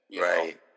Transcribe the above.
Right